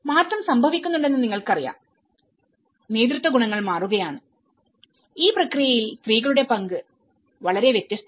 മാറ്റം സംഭവിക്കുന്നുണ്ടെന്നു നിങ്ങൾക്കറിയാംനേതൃത്വഗുണങ്ങൾ മാറുകയാണ് ഈ പ്രക്രിയയിൽ സ്ത്രീകളുടെ പങ്ക് വളരെ വ്യത്യസ്തമാണ്